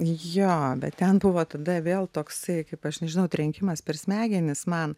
jo bet ten buvo tada vėl toksai kaip aš nežinau trenkimas per smegenis man